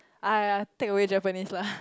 I take away Japanese lah